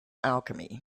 alchemy